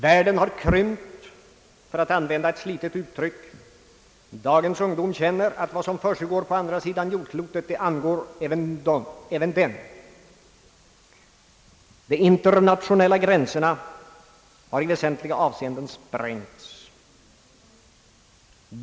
Världen har krympt, för att använda ett slitet uttryck. Dagens ungdom känner att vad som försiggår på andra sidan jordklotet, det angår även den; de internationella gränserna har i väsentliga avseenden sprängts.